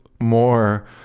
more